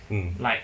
mm